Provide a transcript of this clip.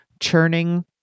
churning